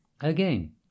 Again